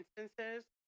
instances